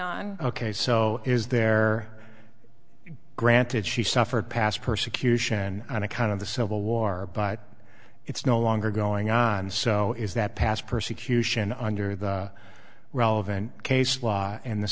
on ok so is there granted she suffered past persecution and a kind of the civil war but it's no longer going on so is that past persecution under the relevant case law and the